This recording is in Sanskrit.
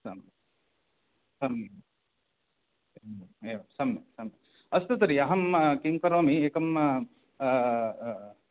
सम्यक् सम्यक् एवं सम्यक् सम्यक् अस्तु तर्हि अहं किं करोमि एकं